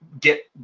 get